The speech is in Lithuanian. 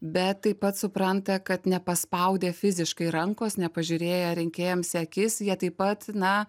bet taip pat supranta kad nepaspaudę fiziškai rankos nepažiūrėję rinkėjams akis jie taip pat na